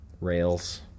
rails